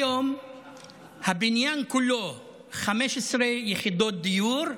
היום הבניין כולו, 15 יחידות דיור,